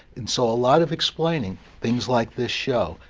and so a lot of explaining, things like this show,